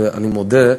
ואני מודה,